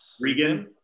Regan